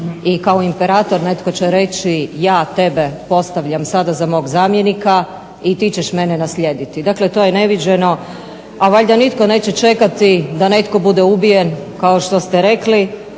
i kao imperator netko će reći ja tebe postavljam sada za mog zamjenika i ti ćeš mene naslijediti. Dakle, to je neviđeno, a valjda nitko neće čekati da netko bude ubijen kao što ste rekli